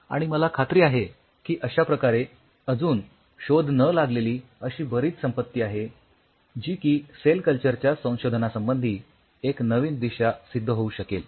आणि मला खात्री आहे की अश्याप्रकारे अजुन शोध न लागलेली अशी बरीच संपत्ती आहे जी की सेल कल्चरच्या संशोधनासंबंधी एक नवीन दिशा सिद्ध होऊ शकेल